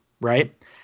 right